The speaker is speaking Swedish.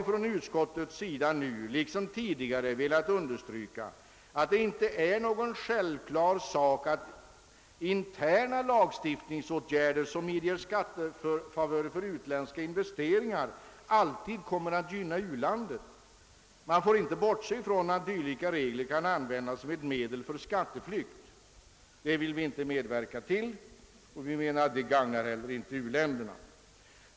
Utskottet har nu liksom tidigare velat understryka att det inte är självklart att interna lagstiftningsåtgärder, som medger skattefavörer för utländska investeringar, alltid kommer att gynna ulandet; man får inte bortse från att dylika regler kan användas som ett medel för skatteflykt. En sådan vill vi inte medverka till, och vi menar att den inte heller gagnar u-länderna.